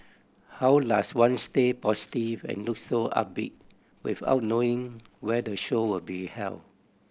how does one stay positive and look so upbeat without knowing where the show will be held